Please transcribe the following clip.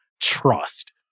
trust